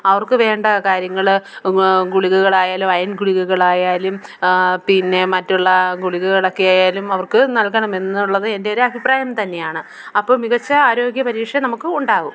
അവർക്ക് വേണ്ട കാര്യങ്ങൾ ഗുളികകളായാലും അയേൺ ഗുളികകളായാലും പിന്നെ മറ്റുള്ള ഗുളികകളൊക്കെ ആയാലും അവർക്ക് നൽകണമെന്നുള്ളത് എൻ്റെ ഒരു അഭിപ്രായം തന്നെയാണ് അപ്പം മികച്ച ആരോഗ്യ പരിരക്ഷ നമുക്ക് ഉണ്ടാകും